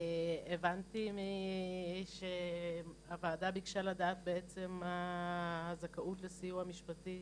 הבנתי שהוועדה ביקשה לדעת בעצם מה הזכאות לסיוע המשפטי